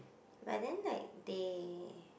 but then like they